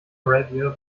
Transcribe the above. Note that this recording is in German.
reviewer